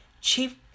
Chief